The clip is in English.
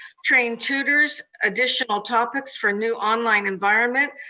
trained tutors' additional topics for new online environment,